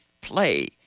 play